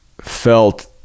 felt